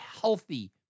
healthy